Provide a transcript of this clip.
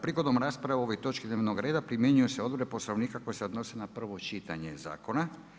Prigodom rasprave o ovoj točki dnevnog reda, primjenjuje se odredbe Poslovnika koji se odnosi na prvo čitanje zakona.